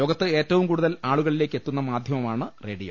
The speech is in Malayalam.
ലോകത്ത് ഏറ്റവും കൂടുതൽ ആളുകളിലേക്ക് എത്തുന്ന മാധ്യമമാണ് റേഡിയോ